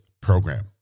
program